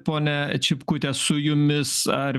ponia čipkute su jumis ar